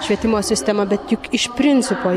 švietimo sistema bet juk iš principo